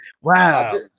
wow